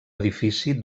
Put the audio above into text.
edifici